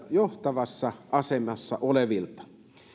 johtavassa asemassa olevilta